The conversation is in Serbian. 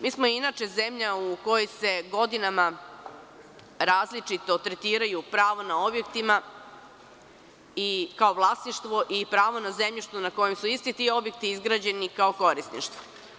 Mi smo inače zemlja u kojoj se godinama različito tretiraju pravo na objektima kao vlasništvo i pravo na zemljištu na kojem su isti ti objekti izgrađeni kao korisništvu.